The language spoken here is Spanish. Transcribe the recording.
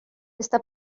está